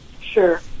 sure